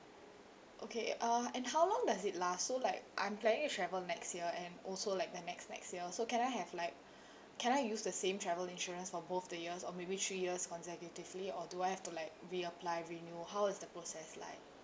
okay uh and how long does it last so like I'm planning to travel next year and also like the next next year so can I have like can I use the same travel insurance for both the years or maybe three years consecutively or do I have to like reapply renew how is the process like